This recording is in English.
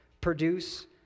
produce